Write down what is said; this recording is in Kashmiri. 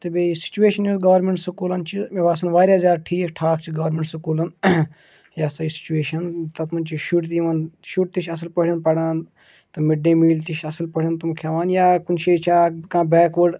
تہٕ بیٚیہِ سُچویشَن یُس گورمٮ۪نٛٹ سکوٗلَن چھِ مےٚ باسان واریاہ زیادٕ ٹھیٖک ٹھاک چھِ گورمٮ۪نٛٹ سکوٗلَن یہِ سا یہِ سُچویشَن تَتھ منٛز چھِ شُرۍ تہِ یِوان شُرۍ تہِ چھِ اَصٕل پٲٹھۍ پَران تہٕ مِڈ ڈے میٖل تہِ چھِ اَصٕل پٲٹھۍ تِم کھٮ۪وان یا کُنہِ جایہِ چھِ اَکھ کانٛہہ بیکوٲڈ